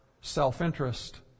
self-interest